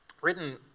Written